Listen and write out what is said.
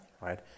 right